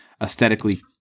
aesthetically